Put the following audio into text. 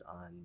on